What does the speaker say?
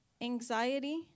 anxiety